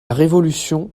révolution